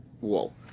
wall